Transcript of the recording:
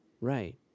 right